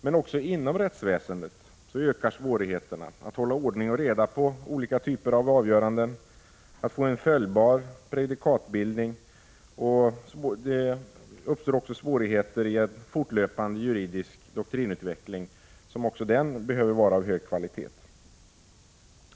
Men också inom rättsväsendet ökar svårigheterna att hålla ordning och reda på olika typer av avgöranden, att få en följbar prejudikatbildning, och då uppstår också svårigheter i en fortlöpande juridisk doktrinutveckling, som bör vara av hög kvalitet.